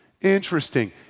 Interesting